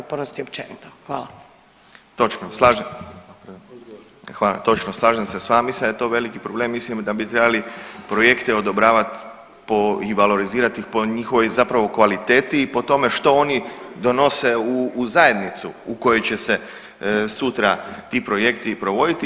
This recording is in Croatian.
Točno, slažem se [[Upadica Sanader: Odgovor.]] Točno slažem se s vama mislim da je to veliki problem, mislim da bi trebali projekte odobravat i valorizirati ih po njihovoj zapravo kvaliteti i po tome što oni donose u zajednicu u koju će se sutra ti projekti provoditi.